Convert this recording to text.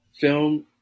film